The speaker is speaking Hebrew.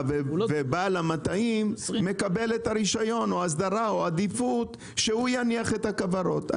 ובעל המטעים מקבל את הרישיון או הסדרה או עדיפות שהוא יניח את הכוורות.